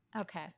Okay